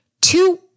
two